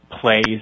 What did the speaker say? plays